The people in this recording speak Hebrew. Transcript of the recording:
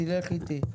תלך איתי.